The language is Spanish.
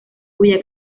cuya